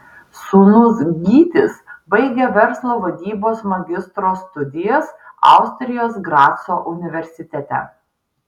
sūnus gytis baigia verslo vadybos magistro studijas austrijos graco universitete